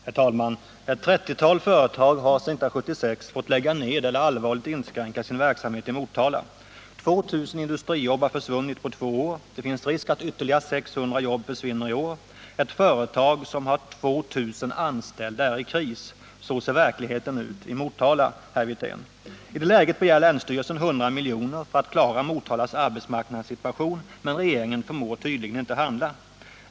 Herr talman! Ett trettiotal företag har sedan 1976 fått lägga ned eller allvarligt inskränka sin verksamhet i Motala. 2000 industrijobb har försvunnit på två år. Det finns risk att ytterligare 600 försvinner i år. Ett företag som har 2 000 anställda är i kris. Så ser verkligheten ut i Motala, herr Wirtén. I det läget begär länsstyrelsen 100 miljoner för att klara Motalas arbetsmarknadssituation. Men regeringen förmår tydligen inte handla.